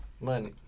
money